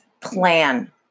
plan